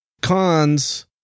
Cons